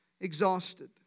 exhausted